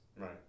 Right